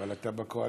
אבל אתה בקואליציה,